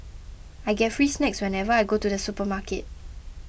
I get free snacks whenever I go to the supermarket